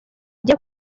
agiye